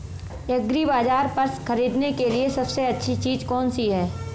एग्रीबाज़ार पर खरीदने के लिए सबसे अच्छी चीज़ कौनसी है?